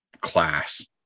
class